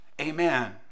Amen